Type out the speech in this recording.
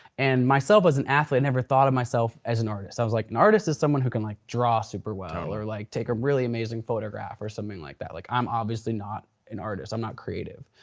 and myself as an athlete, i never thought of myself as an artist. i was like, an artist is someone who can like draw super well, or like take a really amazing photograph or something like that. like i'm obviously not an artist, i'm not creative.